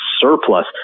surplus